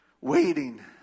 waiting